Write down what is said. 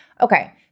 okay